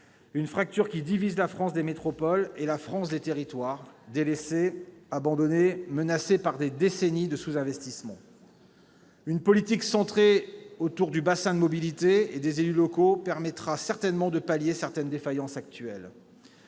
une fracture qui divise la France des métropoles et la France des territoires, délaissée, abandonnée, menacée par des décennies de sous-investissement. Une politique centrée autour des bassins de mobilité et des élus locaux permettra certainement de pallier certaines défaillances actuelles.